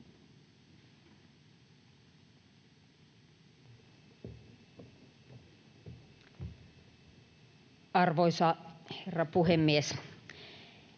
Arvoisa herra puhemies!